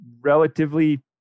relatively